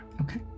Okay